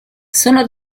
sono